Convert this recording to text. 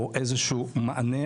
או איזשהו מענה,